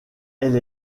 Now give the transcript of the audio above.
elle